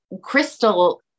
crystal